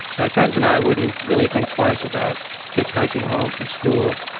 my friends and i wouldn't really think twice about hitchhiking home from school,